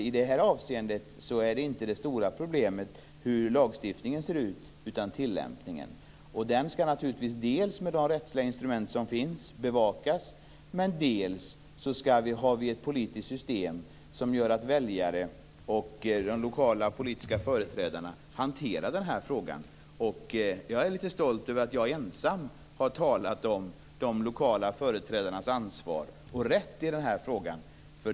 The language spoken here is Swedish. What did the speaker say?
I det här avseendet är inte det stora problemet hur lagstiftningen ser ut, utan tillämpningen. Den skall naturligtvis bevakas med de rättsliga instrument som finns. Dessutom har vi ett politiskt system som gör att väljare och de lokala politiska företrädarna hanterar den här frågan. Jag är litet stolt över att jag ensam har talat om de lokala företrädarnas ansvar och rätt i den här frågan.